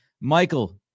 Michael